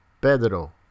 Pedro